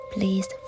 Please